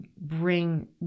bring